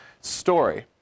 story